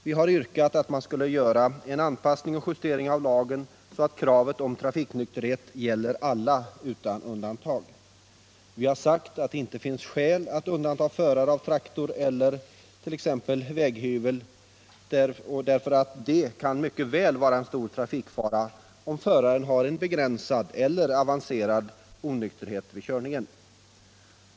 Vi har yrkat att man skulle göra en anpassning och justering av lagen, så att kravet på trafiknykterhet gäller alla utan undantag. Vi har sagt att det inte finns skäl att undanta förare av traktor eller t.ex. väghyvel, eftersom det mycket väl kan vara en stor trafikfara om föraren i sådana fall har en begränsad eller avancerad onykterhet vid körningen.